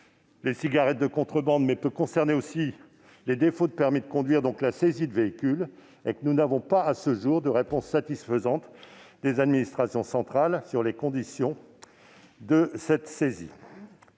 les cigarettes de contrebande, mais aussi les défauts de permis de conduire et, donc, la saisie de véhicules. Or nous n'avons pas à ce jour de réponse satisfaisante des administrations centrales quant aux conditions de cette saisie.